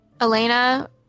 Elena